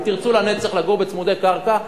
אם תרצו לגור לנצח בצמודי קרקע,